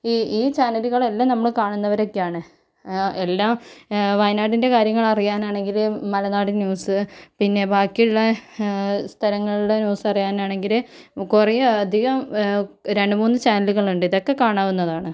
ഈ ഈ ചാനലുകൾ എല്ലാം നമ്മള് കാണുന്നവരൊക്കെയാണ് എല്ലാ വയനാട്ടിന്റെ കാര്യങ്ങൾ അറിയാനാണ് എങ്കിലും മലനാടിൻ ന്യൂസ് പിന്നെ ബാക്കിയുള്ള സ്ഥലങ്ങളുടെ ന്യൂസ് അറിയാനാണെങ്കില് കുറെ അധികം രണ്ടു മൂന്നു ചാനലുകളുണ്ട് ഇതൊക്കെ കാണാവുന്നതാണ്